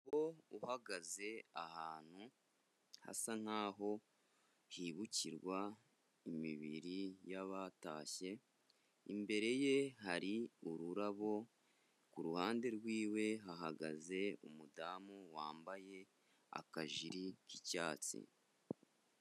Umugabo uhagaze ahantu hasa nk'aho hibukirwa imibiri yabatashye, imbere ye hari ururabo, ku ruhande rwiwe hahagaze umudamu wambaye akajiri k'icyatsi.